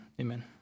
Amen